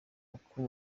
uko